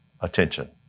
attention